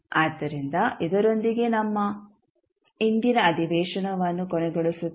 ಆದ್ದರಿಂದ ಇದರೊಂದಿಗೆ ನಾವು ನಮ್ಮ ಇಂದಿನ ಅಧಿವೇಶನವನ್ನು ಕೊನೆಗೊಳಿಸುತ್ತೇವೆ